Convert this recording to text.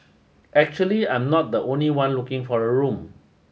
actually I'm not the only one looking for a room